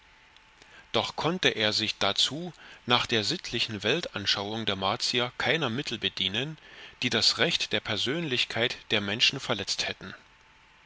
doch konnte er sich dazu nach der sittlichen weltanschauung der martier keiner mittel bedienen die das recht der persönlichkeit der menschen verletzt hätten